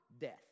Death